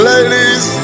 Ladies